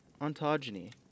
ontogeny